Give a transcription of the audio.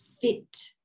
fit